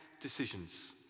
decisions